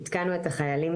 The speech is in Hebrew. עדכנו את החיילים,